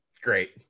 Great